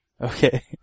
Okay